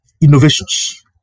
innovations